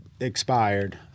expired